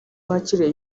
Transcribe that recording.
wakiriye